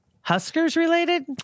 Huskers-related